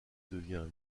devient